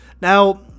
now